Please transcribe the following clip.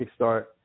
kickstart